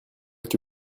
que